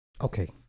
Okay